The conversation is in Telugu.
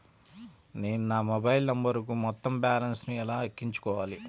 నేను నా మొబైల్ నంబరుకు మొత్తం బాలన్స్ ను ఎలా ఎక్కించుకోవాలి?